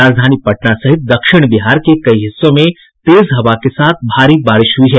राजधानी पटना सहित दक्षिण बिहार के कई हिस्सों में तेज हवा के साथ भारी बारिश हुई है